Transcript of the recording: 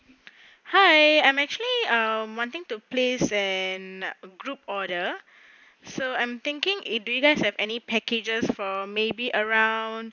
hi I'm actually err I'm wanting to place a group order so I'm thinking eh do you guys have any packages for maybe around